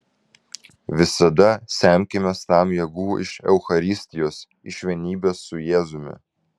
visada semkimės tam jėgų iš eucharistijos iš vienybės su jėzumi